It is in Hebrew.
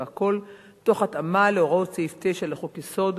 והכול תוך התאמה להוראות סעיף 9 לחוק-יסוד: